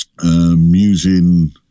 using